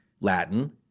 Latin